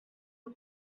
who